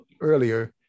earlier